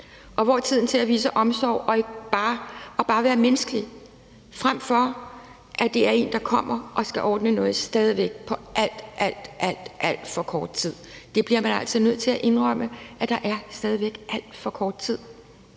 Og hvor er tiden til at vise omsorg og bare være menneskelig, frem for at der kommer nogen, som skal ordne noget på stadig væk alt, alt for kort tid? Man bliver altså nødt til at indrømme, at der stadig væk er alt for kort tid.